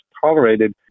tolerated